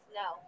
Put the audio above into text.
no